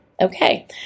okay